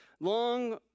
long